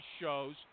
shows